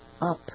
up